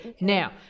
Now